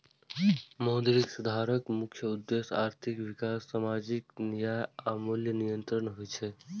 मौद्रिक सुधारक मुख्य उद्देश्य आर्थिक विकास, सामाजिक न्याय आ मूल्य नियंत्रण होइ छै